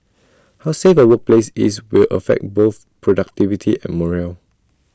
how safe A workplace is will affect both productivity and morale